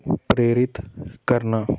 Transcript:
ਪ੍ਰੇਰਿਤ ਕਰਨਾ